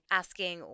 asking